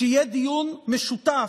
שיהיה דיון משותף.